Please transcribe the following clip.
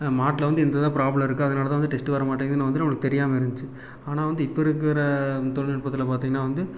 மாட்டில் வந்து இதுதான் ப்ராப்ளம் இருக்குது அதனாலதான் வந்து டெஸ்ட்டு வர மாட்டேங்கிதுனு வந்து நம்மளுக்கு தெரியாமல் இருந்துச்சு ஆனால் வந்து இப்போ இருக்கிற தொழில்நுட்பத்தில் பார்த்திங்கன்னா வந்து